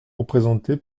représenté